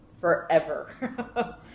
forever